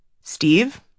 Steve